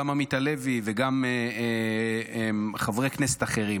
גם עמית הלוי וגם חברי כנסת אחרים